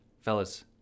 Fellas